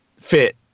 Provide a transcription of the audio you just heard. fit